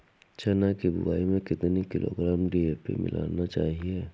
चना की बुवाई में कितनी किलोग्राम डी.ए.पी मिलाना चाहिए?